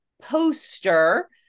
poster